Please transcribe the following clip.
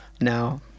now